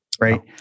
right